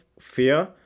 fear